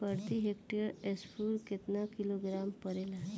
प्रति हेक्टेयर स्फूर केतना किलोग्राम परेला?